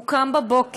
הוא קם בבוקר,